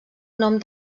nom